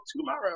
tomorrow